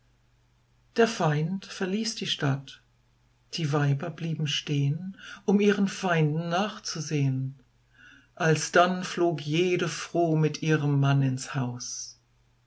der feind verließ die stadt die weiber blieben stehen um ihren feinden nachzusehen alsdann flog jede froh mit ihrem mann ins haus